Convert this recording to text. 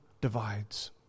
divides